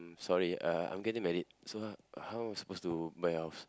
sorry uh I'm getting married so uh how I supposed to buy house